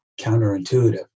counterintuitive